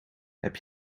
heb